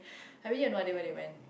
I really have no idea where they went